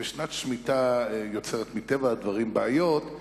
ושנת שמיטה יוצרת, מטבע הדברים, בעיות.